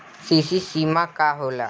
CC सीमा का होला?